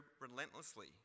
relentlessly